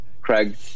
Craig